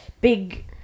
big